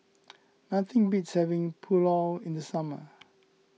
nothing beats having Pulao in the summer